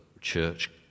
church